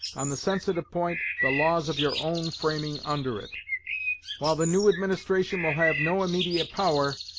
on the sensitive point, the laws of your own framing under it while the new administration will have no immediate power,